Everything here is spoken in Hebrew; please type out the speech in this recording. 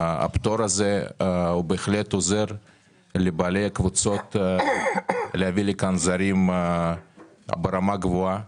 הפטור הזה הוא בהחלט עוזר לבעלי הקבוצות להביא לכאן זרים ברמה גבוהה.